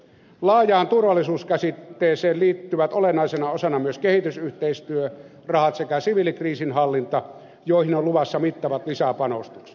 laajaan turvallisuuskäsitteeseen liittyvät olennaisena osana myös kehitysyhteistyörahat sekä siviilikriisinhallinta joihin on luvassa mittavat lisäpanostukset